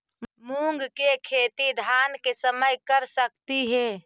मुंग के खेती धान के समय कर सकती हे?